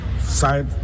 side